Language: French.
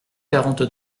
quarante